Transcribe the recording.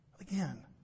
Again